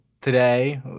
today